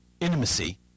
intimacy